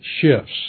shifts